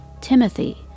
Timothy